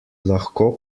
lahko